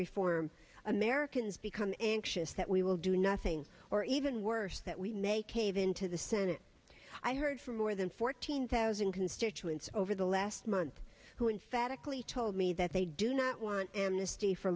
reform americans become anxious that we will do nothing or even worse that we may cave in to the senate i heard from more than fourteen thousand constituents over the last month who in phatic lee told me that they do not want amnesty for